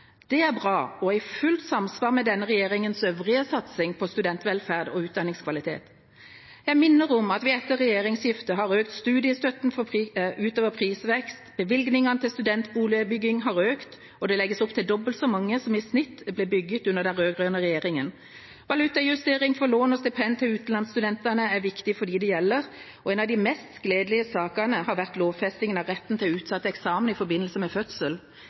Det er bra og i fullt samsvar med denne regjeringas øvrige satsing på studentvelferd og utdanningskvalitet. Jeg minner om at vi etter regjeringsskiftet har økt studiestøtten utover prisvekst. Bevilgningene til studentboligbygging har økt – og det legges opp til dobbelt så mange som i snitt ble bygget under den rød-grønne regjeringa. Valutajusteringen for lån og stipend til utenlandsstudentene er viktig for dem det gjelder. Og en av de mest gledelige sakene har vært lovfestingen av retten til utsatt eksamen i forbindelse med fødsel.